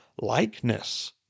likeness